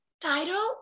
title